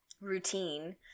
routine